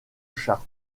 chart